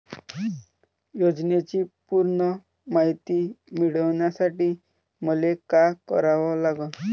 योजनेची पूर्ण मायती मिळवासाठी मले का करावं लागन?